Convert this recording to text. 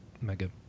Mega